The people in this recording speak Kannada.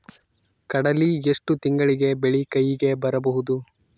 ಕಡಲಿ ಎಷ್ಟು ತಿಂಗಳಿಗೆ ಬೆಳೆ ಕೈಗೆ ಬರಬಹುದು?